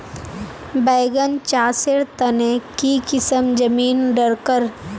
बैगन चासेर तने की किसम जमीन डरकर?